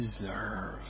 deserve